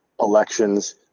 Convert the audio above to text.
elections